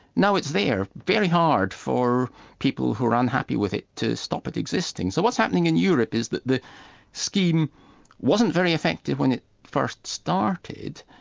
now it's there, very hard for people who are unhappy with it to stop it existing. so what's happening in europe is that the scheme wasn't very effective when it first started,